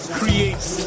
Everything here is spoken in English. creates